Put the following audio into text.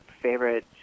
favorite